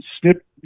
snip